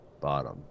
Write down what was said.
bottom